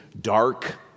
dark